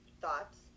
thoughts